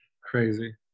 crazy